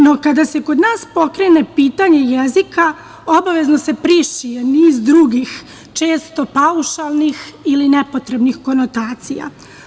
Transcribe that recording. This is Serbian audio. No, kada se kod nas pokrene pitanje jezika obavezno se prišije niz drugih često paušalnih ili nepotrebnih konotacija.